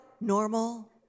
normal